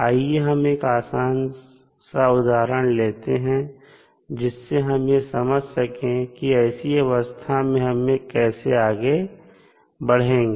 आइए हम एक आसान सा उदाहरण लेते हैं जिससे हम यह समझ सके कि ऐसी अवस्था में हम कैसे आगे बढ़ेंगे